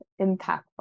impactful